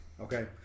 Okay